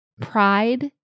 pride